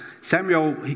samuel